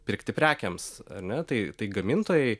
pirkti prekėms ne tai tai gamintojai